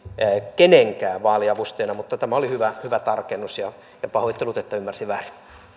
kenenkään vaaliavustajana mutta tämä oli hyvä hyvä tarkennus ja pahoittelut että ymmärsin väärin